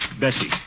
Bessie